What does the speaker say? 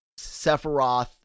Sephiroth